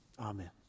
Amen